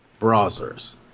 Browsers